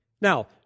Now